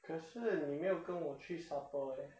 可是你没有跟我去 supper leh